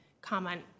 comment